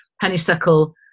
honeysuckle